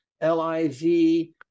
L-I-V